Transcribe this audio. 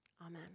Amen